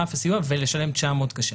ברף הסיוע ולשלם 900 זה קשה.